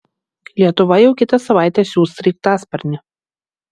lietuva jau kitą savaitę siųs sraigtasparnį